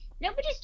nobody's